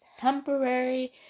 temporary